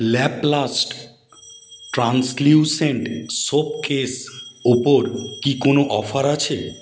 Laplast translucent soap case উপর কি কোনো অফার আছে